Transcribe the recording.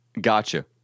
gotcha